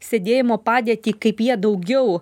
sėdėjimo padėtį kaip jie daugiau